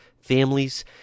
families